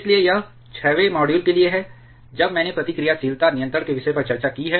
इसलिए यह 6 वें मॉड्यूल के लिए है जब मैंने प्रतिक्रियाशीलता नियंत्रण के विषय पर चर्चा की है